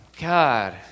God